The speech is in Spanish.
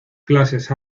clases